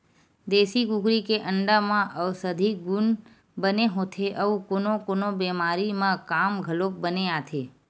देसी कुकरी के अंडा म अउसधी गुन बने होथे अउ कोनो कोनो बेमारी म काम घलोक बने आथे